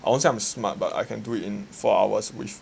I won't say I'm smart but I can do it in four hours which